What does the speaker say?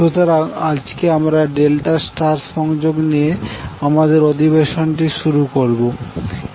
সুতরাং আজকে আমরা ডেল্টা স্টার সংযোগ নিয়ে আমাদের অধিবেশনটি শুরু করবোে